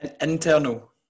internal